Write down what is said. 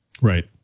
Right